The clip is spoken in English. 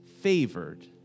favored